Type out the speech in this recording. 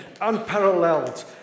Unparalleled